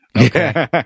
Okay